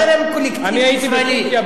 זה חרם קולקטיבי ישראלי.